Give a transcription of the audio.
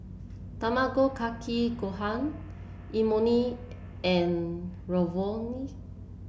Tamago Kake Gohan Imoni and Ravioli